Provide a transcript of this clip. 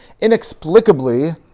inexplicably